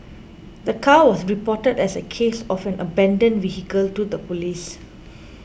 the car was reported as a case of an abandoned vehicle to the police